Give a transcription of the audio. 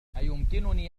أيمكنني